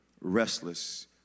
restless